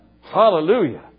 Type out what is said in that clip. Hallelujah